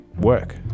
work